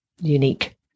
unique